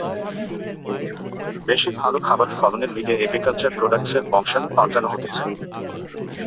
বেশি ভালো খাবার ফলনের লিগে এগ্রিকালচার প্রোডাক্টসের বংশাণু পাল্টানো হতিছে